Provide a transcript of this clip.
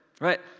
right